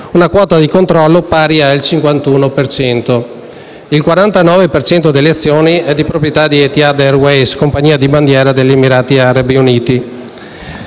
una quota di controllo pari al 51 per cento. Il 49 per cento delle azioni è di proprietà di Etihad Airways, compagnia di bandiera degli Emirati Arabi Uniti.